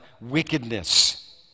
wickedness